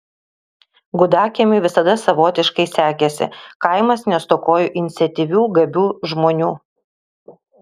gudakiemiui visada savotiškai sekėsi kaimas nestokojo iniciatyvių gabių žmonių